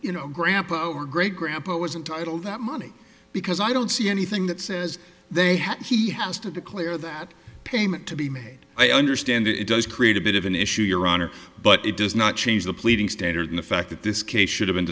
you know grandpa our great grandpa wasn't title that money because i don't see anything that says they have he has to declare that payment to be made i understand it does create a bit of an issue your honor but it does not change the pleading standard in the fact that this case should have been